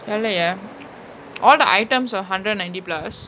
தெரிலயே:therilaye all the items were one hundred and ninety plus